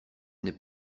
n’est